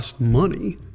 money